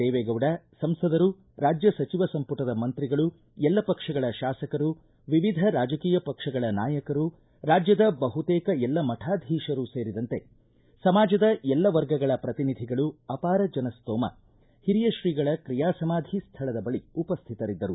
ದೇವೇಗೌಡ ಸಂಸದರು ರಾಜ್ಜ ಸಚಿವ ಸಂಪುಟದ ಮಂತ್ರಿಗಳು ಎಲ್ಲ ಪಕ್ಷಗಳ ಶಾಸಕರು ವಿವಿಧ ರಾಜಕೀಯ ಪಕ್ಷಗಳ ನಾಯಕರು ರಾಜ್ಯದ ಬಹುತೇಕ ಎಲ್ಲ ಮಠಾಧೀಶರು ಸೇರಿದಂತೆ ಸಮಾಜದ ಎಲ್ಲ ವರ್ಗಗಳ ಪ್ರತಿನಿಧಿಗಳು ಅಪಾರ ಜನಸ್ತೋಮ ಹಿರಿಯ ಶ್ರೀಗಳ ಕ್ರಿಯಾಸಮಾಧಿ ಸ್ಥಳದ ಬಳಿ ಉಪ್ಯಾತರಿದ್ದರು